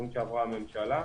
תוכנית שעברה ממשלה.